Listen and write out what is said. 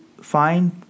find